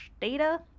data